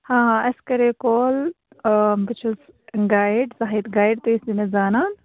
ہاں اَسہِ کَریے کال آ بہٕ چھُٮس گایِڈ تۅہہِ گایِڈ تُہۍ ٲسِو مےٚ زانان